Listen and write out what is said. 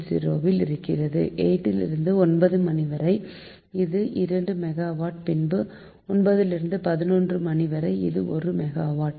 80 வில் இருக்கிறது 8லிருந்து 9 மணிவரை இது 2 மெகாவாட் பின்பு 9 லிருந்து 11 மணி வரை இது 1 மெகாவாட்